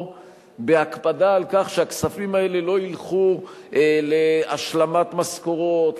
בהקפדה על כך שהכספים האלה לא ילכו להשלמת משכורות,